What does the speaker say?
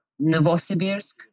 Novosibirsk